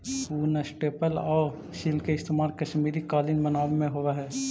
ऊन, स्टेपल आउ सिल्क के इस्तेमाल कश्मीरी कालीन बनावे में होवऽ हइ